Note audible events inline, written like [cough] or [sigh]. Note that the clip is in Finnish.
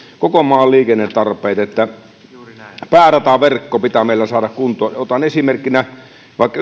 koko maan liikennetarpeet päärataverkko pitää meillä saada kuntoon otan vaikka [unintelligible]